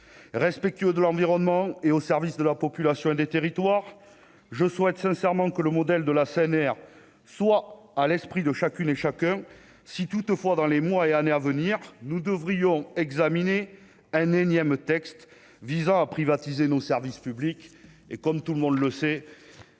respectueux de l'environnement et au service de la population des territoires, je souhaite sincèrement que le modèle de la CNR soient à l'esprit de chacune et chacun, si toutefois, dans les mois et années à venir, nous devrions examiner un énième texte visant à privatiser nos services publics et comme tout le monde le sait